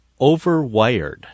overwired